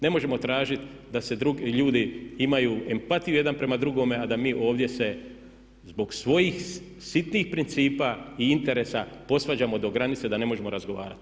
Ne možemo tražiti da drugi ljudi imaju empatiju jedan prema drugome a da mi ovdje se zbog svojih sitnih principa i interesa posvađamo do granice da ne možemo razgovarati.